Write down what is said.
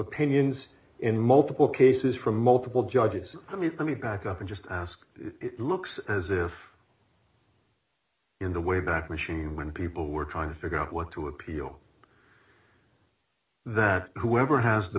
opinions in multiple cases from multiple judges let me let me back up and just ask it looks as if in the way back machine when people were trying to figure out what to appeal that whoever has the